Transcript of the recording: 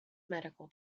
medical